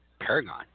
Paragon